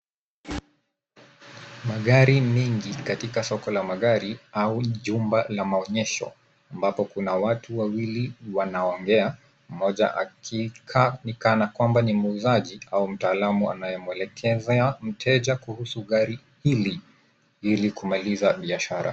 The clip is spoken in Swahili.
Magari mengi katika soko la magari au jumba la maonyesho ambapo kuna watu wawili wanaoongea, mmoja akikaa kana kwamba ni muuzaji au mtaalamu anayemwelekezea mteja kuhusu gari hili ili kumaliza biashara.